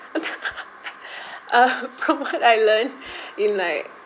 uh from what I learn in like